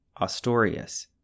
Astorius